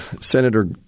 Senator